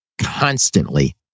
constantly